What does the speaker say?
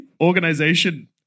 organization